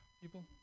People